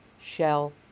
Shell